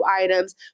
Items